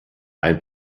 ein